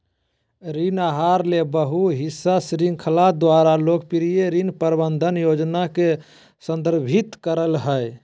ऋण आहार ले बहु हिस्सा श्रृंखला द्वारा लोकप्रिय ऋण प्रबंधन योजना के संदर्भित करय हइ